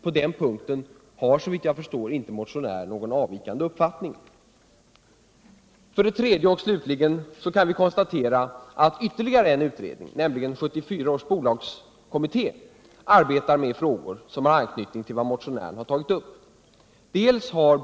Såvitt jag kan förstå har motionärerna inte någon avvikande uppfattning på der punkten. För det tredje och slutligen kan vi konstatera att ytterligare en utredning, nämligen 1974 års bolagskommitté, arbetar med frågor som har anknytning till vad motionären här tagit upp.